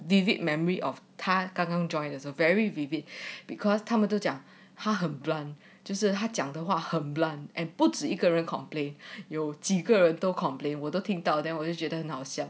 vivid memory of 他刚刚 joined 的时候 very vivid because 他们都讲他很 blunt 就是他讲的话很 blunt and 不止一个人 complain 有几个人都 complain 我都听到 then 我就觉得很好笑